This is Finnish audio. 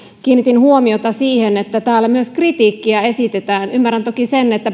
kiinnitin huomiota siihen että täällä myös kritiikkiä esitetään ymmärrän toki sen että